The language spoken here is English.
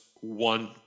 one